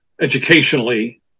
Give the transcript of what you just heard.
educationally